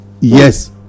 Yes